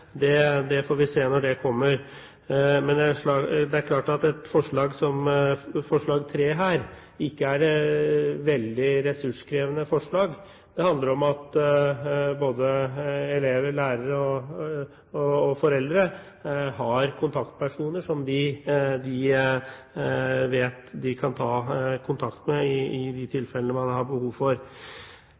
sammenheng. Det får vi se når det kommer. Men det er klart at et forslag som forslag nr. 3 her ikke er et veldig ressurskrevende forslag. Det handler om at både elever, lærere og foreldre har kontaktpersoner som de vet de kan ta kontakt med i de tilfellene de har behov for